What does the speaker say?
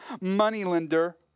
moneylender